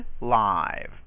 live